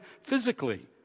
physically